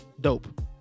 Dope